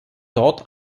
dort